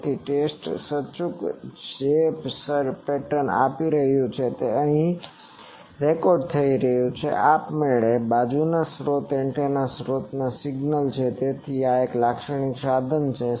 તેથી ટેસ્ટ સૂચક જે પેટર્ન આપી રહ્યું છે તે અહીં રેકોર્ડ થઈ રહ્યું છે આપમેળે આ બાજુ સ્રોત એન્ટેના સોર્સ સિગ્નલ છે તેથી આ એક લાક્ષણિક સાધન છે